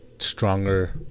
stronger